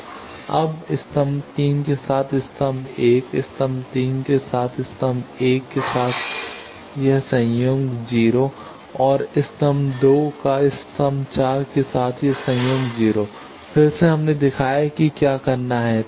अब ¿⋅ 0 ¿⋅ 0 स्तंभ 3 के साथ स्तंभ 1 स्तंभ 3 का स्तंभ 1 के साथ यह संयुग्म 0 और स्तंभ 2 का स्तंभ 4 के साथ यह संयुग्म 0 फिर से हमने दिखाया कि क्या करना है